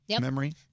memory